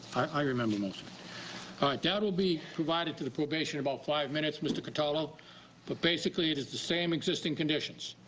i remember most of it. that will be provided to the probation in about five minutes. but like but basically it is the same existing conditions,